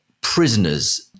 prisoners